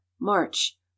march